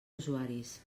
usuaris